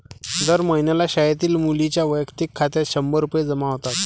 दर महिन्याला शाळेतील मुलींच्या वैयक्तिक खात्यात शंभर रुपये जमा होतात